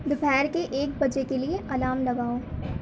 دوپہر کے ایک بجے کے لیے الام لگاؤ